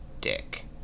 dick